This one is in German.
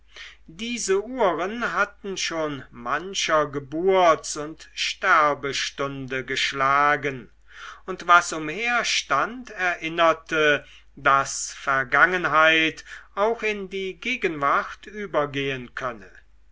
diese uhren hatten schon mancher geburts und sterbestunde geschlagen und was umherstand erinnerte daß vergangenheit auch in die gegenwart übergehen könne